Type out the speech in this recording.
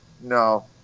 no